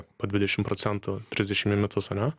po dvidešimt procentų trisdešimt į metus ane